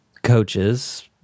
coaches